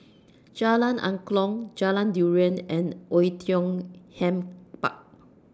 Jalan Angklong Jalan Durian and Oei Tiong Ham Park